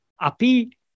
api